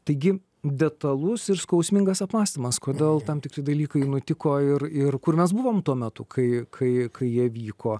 taigi detalus ir skausmingas apmąstymas kodėl tam tikri dalykai nutiko ir ir kur mes buvom tuo metu kai kai jie vyko